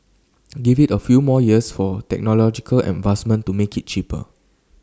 give IT A few more years for technological advancement to make IT cheaper